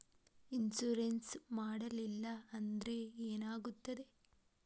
Insurance ಮಾಡಲಿಲ್ಲ ಅಂದ್ರೆ ಏನಾಗುತ್ತದೆ?